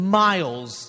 miles